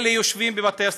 אלה יושבים בבתי הסוהר,